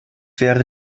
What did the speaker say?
wäre